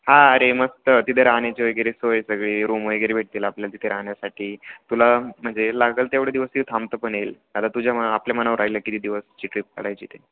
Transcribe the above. हां अरे मस्त तिथे राहण्याची वगैरे सोय सगळी रूम वगैरे भेटतील आपल्याला तिथे राहण्यासाठी तुला म्हणजे लागेल तेवढे दिवस तिथं थांबता पण येईल आता तुझ म आपल्या मनावर राहील किती दिवसाची ट्रिप काढायची ते